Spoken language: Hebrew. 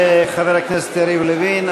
תודה לחבר הכנסת יריב לוין,